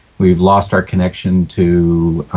we've lost our connection to